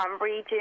region